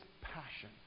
passion